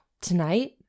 Tonight